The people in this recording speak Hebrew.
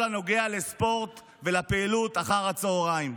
הנוגע לספורט ולפעילות אחר הצוהריים.